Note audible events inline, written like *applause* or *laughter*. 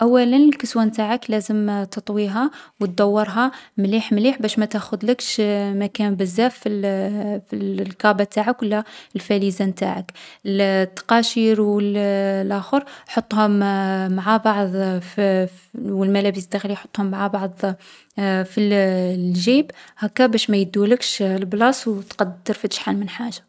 أولا الكسوة نتاعك لازم تطويها و دورها مليح مليح باش ما تاخدلكش *hesitation* مكان بزاف في الـ *hesitation* في الـ الكابة نتاعك و لا الفاليزا نتاعك. الـ التقاشير و الـ *hesitation* لاخر حطهم *hesitation* مع بعض فـ فـ و الملابس الداخلية حطهم مع بعض في الـ الجيب هاكا باش ما يدولكش لبلاص و تقد ترفد شحال من حاجة.